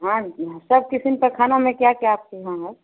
हाँ जी हाँ सब किस्म का खाना में क्या क्या आपके यहाँ है